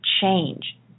change